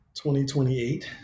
2028